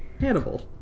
Hannibal